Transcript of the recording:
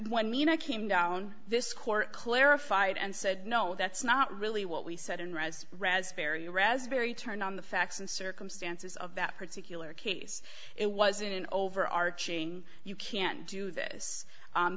mean i came down this court clarified and said no that's not really what we said in rez raspberry raspberry turn on the facts and circumstances of that particular case it wasn't an overarching you can't do this